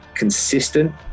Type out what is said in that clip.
Consistent